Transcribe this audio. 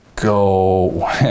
Go